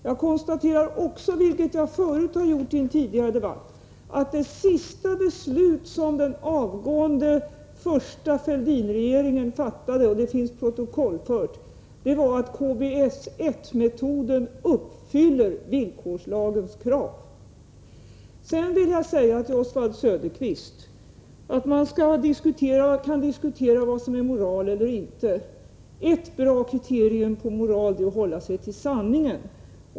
Jag konstaterar också, vilket jag förut gjort i en tidigare debatt, att det sista beslut som den avgående första Fälldin-regeringen fattade — det finns protokollfört — var att KBS 1-metoden uppfyller villkorslagens krav. Till 63 Oswald Söderqvist vill jag säga att man kan diskutera vad som är moral eller inte. Ett bra kriterium på moral är att hålla sig till sanningen.